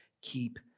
Keep